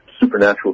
supernatural